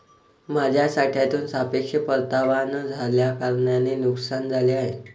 माझ्या साठ्यातून सापेक्ष परतावा न झाल्याकारणाने नुकसान झाले आहे